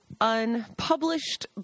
unpublished